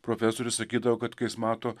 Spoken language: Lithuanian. profesorius sakydavo kad kai jis mato